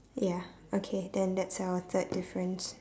ya okay then that's our third difference